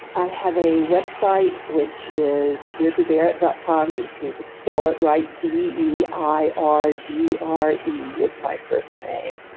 i have a website which is deidrebarrett dot com. you just need to spell it right, d e i r d r e is my first name.